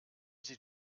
sie